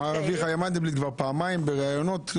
גם אמר אביחי מנדלבליט כבר פעמיים בראיונות למיניהם,